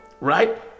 right